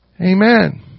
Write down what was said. Amen